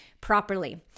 properly